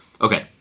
Okay